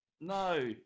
no